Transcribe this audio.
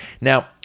Now